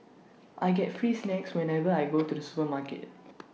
I get free snacks whenever I go to the supermarket